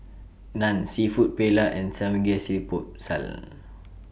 Naan Seafood Paella and Samgeyopsal